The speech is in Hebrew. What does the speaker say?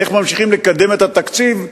איך ממשיכים לקדם את התקציב,